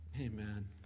amen